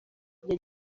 kagame